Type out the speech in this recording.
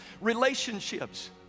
relationships